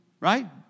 right